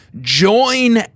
Join